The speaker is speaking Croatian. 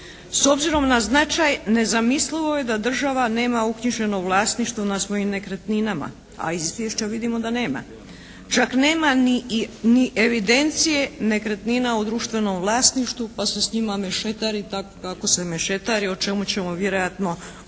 S obzirom na značaj nezamislivo je da država nema uknjiženo vlasništvo na svojim nekretninama. A iz izvješća vidimo da nema. Čak nema ni evidencije nekretnina u društvenom vlasništvu pa se s njima mešetari tako kako se mešetari, o čemu ćemo vjerojatno puno